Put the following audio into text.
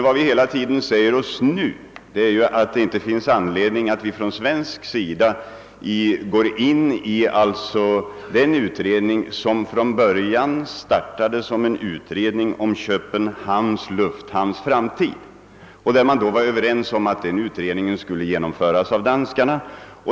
Vad vi nu säger oss är emellertid att det inte finns anledning för oss att gå in i den utredning som startade som en utredning om Köpenhamns lufthamns framtid. Man var ju överens om att den skulle genomföras av danskarna.